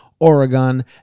Oregon